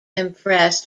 impressed